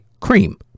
Cream